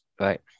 Right